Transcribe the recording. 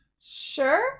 sure